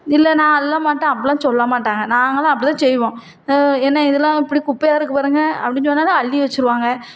இல்லை நான் அள்ள மாட்டேன் அப்படிலாம் சொல்லமாட்டாங்க நாங்களெலாம் அப்படிதான் செய்வோம் ஏனால் இதெல்லாம் இப்படி குப்பையாக இருக்குது பாருங்க அப்படின்னு சொன்னாலாம் அள்ளி வச்சுடுவாங்க